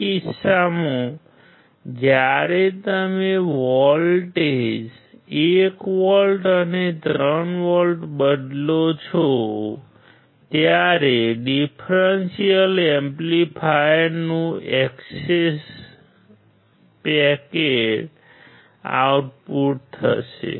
આ કિસ્સામાં જ્યારે તમે વોલ્ટેજ 1 વોલ્ટ અને 3 વોલ્ટ બદલો છો ત્યારે ડીફ્રેન્શિઅલ એમ્પ્લીફાયરનું એક્સપેકટેડ આઉટપુટ શું છે